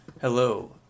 Hello